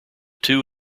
two